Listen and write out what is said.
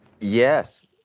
Yes